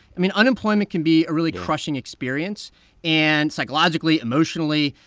i mean, unemployment can be a really crushing experience and psychologically, emotionally.